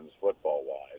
football-wise